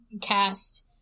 cast